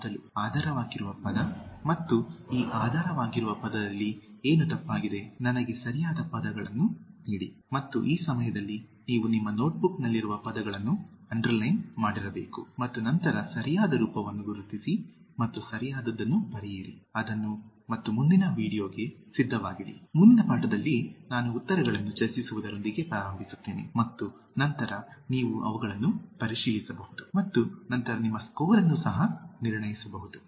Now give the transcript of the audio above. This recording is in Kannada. ಮೊದಲು ಆಧಾರವಾಗಿರುವ ಪದ ಮತ್ತು ಈ ಆಧಾರವಾಗಿರುವ ಪದದಲ್ಲಿ ಏನು ತಪ್ಪಾಗಿದೆ ನನಗೆ ಸರಿಯಾದ ಪದವನ್ನು ನೀಡಿ ಮತ್ತು ಈ ಸಮಯದಲ್ಲಿ ನೀವು ನಿಮ್ಮ ನೋಟ್ಬುಕ್ನಲ್ಲಿರುವ ಪದಗಳನ್ನು ಅಂಡರ್ಲೈನ್ ಮಾಡಿರಬೇಕು ಮತ್ತು ನಂತರ ಸರಿಯಾದ ರೂಪವನ್ನು ಗುರುತಿಸಿ ಮತ್ತು ಸರಿಯಾದದ್ದನ್ನು ಬರೆಯಿರಿ ಅದನ್ನು ಮತ್ತು ಮುಂದಿನ ವೀಡಿಯೊಗೆ ಸಿದ್ಧವಾಗಿಡಿ ಮುಂದಿನ ಪಾಠದಲ್ಲಿ ನಾನು ಉತ್ತರಗಳನ್ನು ಚರ್ಚಿಸುವುದರೊಂದಿಗೆ ಪ್ರಾರಂಭಿಸುತ್ತೇನೆ ಮತ್ತು ನಂತರ ನೀವು ಅವುಗಳನ್ನು ಪರಿಶೀಲಿಸಬಹುದು ಮತ್ತು ನಂತರ ನಿಮ್ಮ ಸ್ಕೋರ್ ಅನ್ನು ಸಹ ನಿರ್ಣಯಿಸಬಹುದು